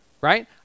right